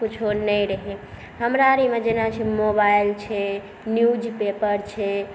किछु नहि रहै हमरा आरमे जेना छै मोबाइल छै न्यूज पेपर छै